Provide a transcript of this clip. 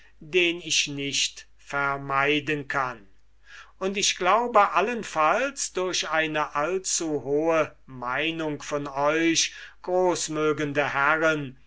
den ich nicht vermeiden kann und ich glaube allenfalls durch eine allzuhohe meinung von euch großmögende herren